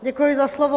Děkuji za slovo.